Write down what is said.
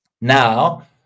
now